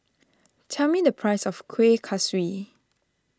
tell me the price of Kuih Kaswi